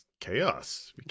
chaos